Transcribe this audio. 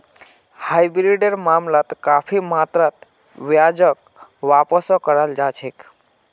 हाइब्रिडेर मामलात काफी मात्रात ब्याजक वापसो कराल जा छेक